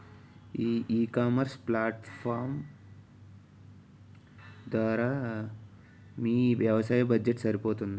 ఈ ecommerce platform ధర మీ వ్యవసాయ బడ్జెట్ సరిపోతుందా?